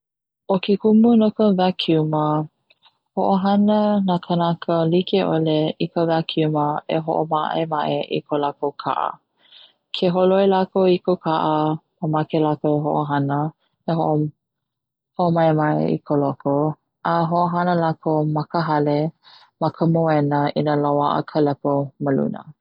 'O ke kumu no ka wakiuma ho'ohana na kanaka like'ole i ka wakiuma e ho'oma'ema'e i ko lakou ka'a, ke holoi lakou i ko ka'a mamake lakou e ho'ohana e ho'o homa'ema'e ko loko a ho'ohana lakou ma ka hale ma ka moena i na loa'a ka lepo ma luna.